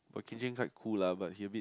okay Din quite cool lah but he a bit